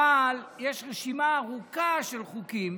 יש רשימה ארוכה של חוקים